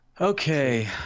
Okay